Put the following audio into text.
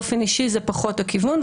באופן אישי זה פחות הכיוון,